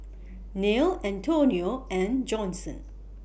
Nelle Antonio and Johnson